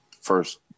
first